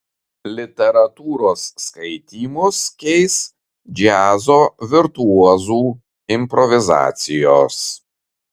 literatūros skaitymus keis džiazo virtuozų improvizacijos